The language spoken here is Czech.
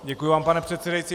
Děkuji vám, pane předsedající.